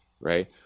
right